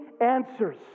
answers